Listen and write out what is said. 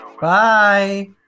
Bye